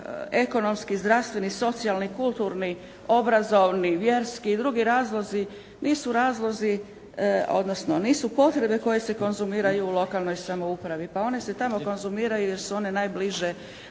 ekonomski, zdravstveni, socijalni, kulturni, obrazovni, vjerski i drugi razlozi nisu razlozi odnosno nisu potrebe koje se konzumiraju u lokalnoj samoupravi, pa one se tamo konzumiraju jer su one najbliže